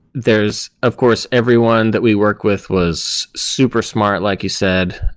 there's of course everyone that we work with was super smart, like you said,